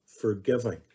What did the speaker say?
forgiving